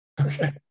Okay